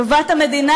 טובת המדינה,